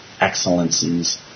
excellencies